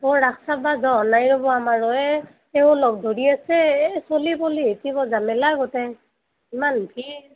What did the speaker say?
অঁ ৰাস যাবা যোৱা হোৱা নাই ৰ'ব আমাৰো এ এওঁ লগ ধৰি আছে চলি পলিহতি বৰ ঝামেলা গোটেই ইমান ভিৰ